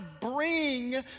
bring